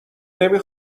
نمی